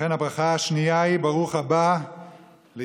לכן הברכה השנייה היא ברוך הבא ליונתן,